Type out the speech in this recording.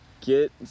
get